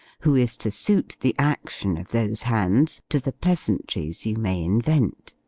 who is to suit the action of those hands to the pleasantries you may invent.